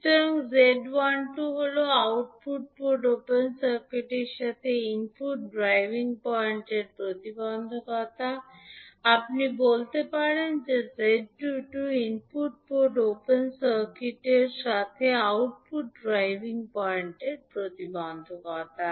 সুতরাং 𝐳12 হল output port open সার্কিটের সাথে ইনপুট ড্রাইভিং পয়েন্ট প্রতিবন্ধকতা আপনি বলতে পারেন যে 𝐳22 ইনপুট পোর্ট ওপেন সার্কিটের সাথে আউটপুট ড্রাইভিং পয়েন্ট প্রতিবন্ধকতা